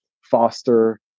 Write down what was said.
foster